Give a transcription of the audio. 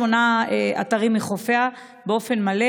שמונה אתרים מחופיה באופן מלא.